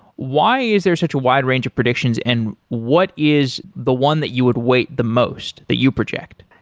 why is there such a wide range of predictions and what is the one that you would weight the most, that you project?